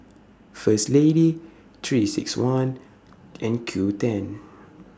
First Lady three six one and Qoo ten